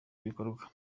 bikorwa